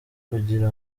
kugira